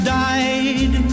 died